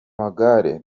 magare